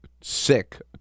sick